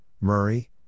Murray